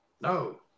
No